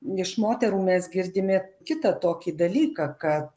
iš moterų mes girdime kitą tokį dalyką kad